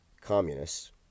communists